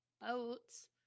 boats